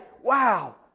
wow